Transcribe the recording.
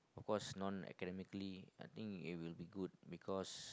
cause non academically I think it will be good because